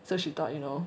so she thought you know